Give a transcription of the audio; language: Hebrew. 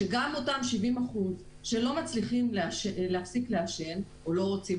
הוא שגם אותם שלא מפסיקים לעשן חלקם לא רוצים